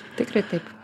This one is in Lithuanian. tikrai taip